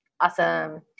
Awesome